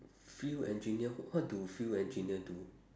field engineer what do field engineer do